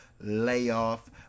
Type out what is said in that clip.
layoff